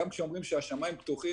גם כשאומרים שהשמים פתוחים